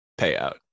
payout